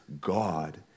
God